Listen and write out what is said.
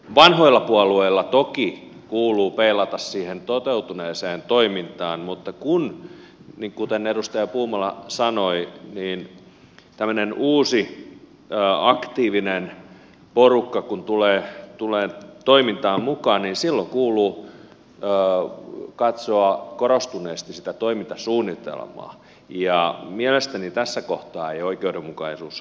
vanhoilla puolueilla toki kuuluu peilata siihen toteutuneeseen toimintaan mutta kun kuten edustaja puumala sanoi tämmöinen uusi aktiivinen porukka tulee toimintaan mukaan niin silloin kuuluu katsoa korostuneesti sitä toimintasuunnitelmaa ja mielestäni tässä kohtaa ei oikeudenmukaisuus ole toteutunut